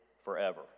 forever